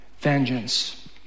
vengeance